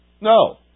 No